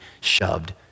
shoved